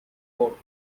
court